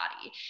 body